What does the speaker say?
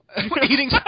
eating